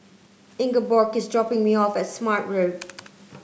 Ingeborg is dropping me off at Smart Road